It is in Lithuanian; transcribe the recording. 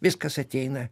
viskas ateina